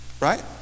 Right